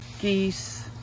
geese